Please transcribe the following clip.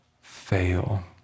fail